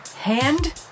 hand